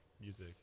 Music